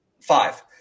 five